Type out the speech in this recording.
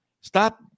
stop